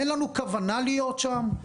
אין לנו כוונה להיות שם,